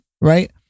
Right